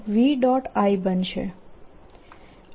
I બનશે